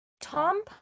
Tom